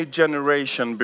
generation